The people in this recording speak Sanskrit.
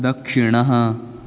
दक्षिणः